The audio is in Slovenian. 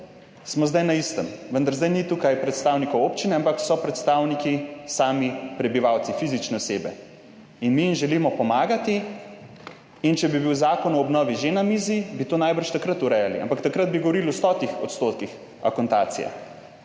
smo zdaj na istem. Vendar zdaj ni tukaj predstavnikov občine, ampak so predstavniki sami prebivalci, fizične osebe in mi jim želimo pomagati. In če bi bil zakon o obnovi že na mizi, bi to najbrž takrat urejali, ampak takrat bi govorili o stotih odstotkih akontacije